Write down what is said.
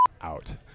out